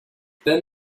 thin